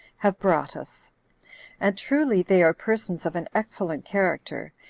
have brought us and truly they are persons of an excellent character,